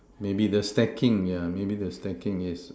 maybe the stacking yeah maybe the stacking yes